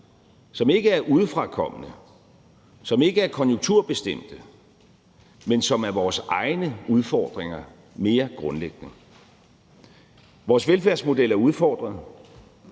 som ikke er udefrakommende, som ikke er konjunkturbestemte, men som mere grundlæggende er vores egne udfordringer. Vores velfærdsmodel er udfordret.